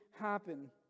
happen